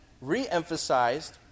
Re-emphasized